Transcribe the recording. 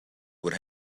would